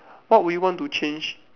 what you want to change